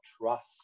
trust